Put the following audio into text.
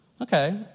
Okay